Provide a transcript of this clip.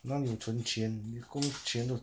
哪里有存钱你的工钱都